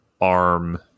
arm